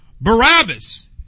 Barabbas